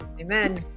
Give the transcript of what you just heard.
Amen